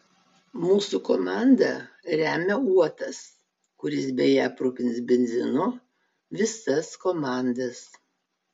mūsų komandą remia uotas kuris beje aprūpins benzinu visas komandas